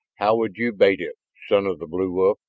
how would you bait it, son of the blue wolf?